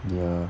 ya